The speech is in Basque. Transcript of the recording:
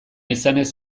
izanez